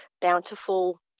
bountiful